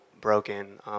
broken